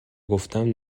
گفتهام